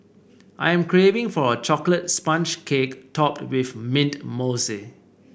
I am craving for a chocolate sponge cake topped with mint mousse